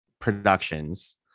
productions